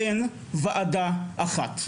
אין ועדה אחת.